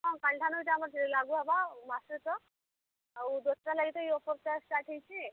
ହଁ କାଲି ଠାନୁ ଇଟା ଆମର୍ ଲାଗୁହେବା ମାସେ ତକ୍ ଆଉ ଦଶରା ଲାଗି ତ ଇ ଅଫର୍ଟା ଷ୍ଟାର୍ଟ ହେଇଛେ